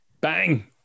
Bang